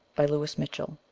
by louis mitchell.